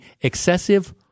excessive